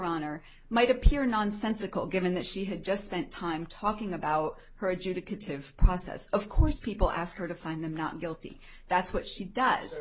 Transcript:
honor might appear nonsensical given that she had just spent time talking about her adjudicative process of course people asked her to find the not guilty that's what she does